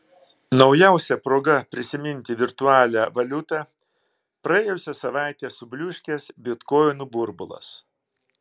naujausia proga prisiminti virtualią valiutą praėjusią savaitę subliūškęs bitkoinų burbulas